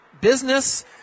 business